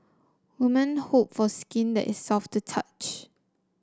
woman hope for skin that is soft to touch